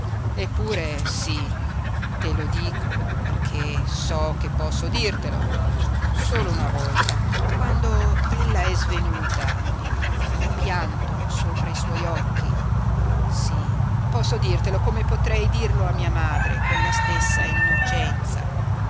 eppure sí te lo dico perché so che posso dirtelo solo una volta quando ella è svenuta ed io ho pianto sopra i suoi occhi sí posso dirtelo come potrei dirlo a mia madre con la stessa innocenza